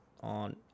on